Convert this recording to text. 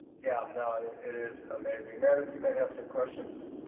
yeah you know it is amazing. meredith, you might have some questions.